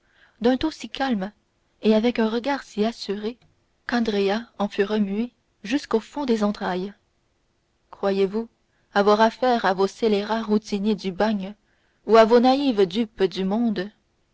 d'un ton si calme et avec un regard si assuré qu'andrea en fut remué jusqu'au fond des entrailles croyez-vous avoir affaire à vos scélérats routiniers du bagne ou à vos naïves dupes du monde